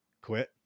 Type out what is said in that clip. quit